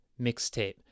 mixtape